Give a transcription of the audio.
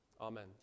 Amen